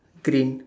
green